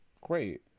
great